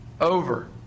over